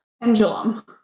pendulum